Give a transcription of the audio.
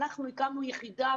אנחנו הקמנו יחידה,